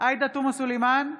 עאידה תומא סלימאן,